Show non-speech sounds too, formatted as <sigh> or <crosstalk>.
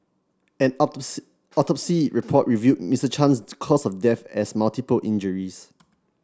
an <unintelligible> autopsy report revealed Mister Chan's cause of death as multiple injuries